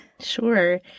Sure